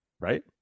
right